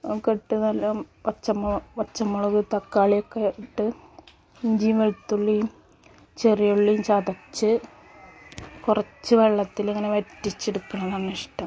ഒക്കെ ഇട്ട് നല്ലോണം പച്ചമോ പച്ചമുളക്ക് തക്കാളി ഒക്കെ ഇട്ട് ഇഞ്ചിയും വെളുത്തുള്ളിയും ചെറിയുള്ളിയും ചതച്ച് കുറച്ച് വെള്ളത്തിൽ ഇങ്ങനെ വറ്റിച്ചെടുക്കുന്നതാണ് ഇഷ്ടം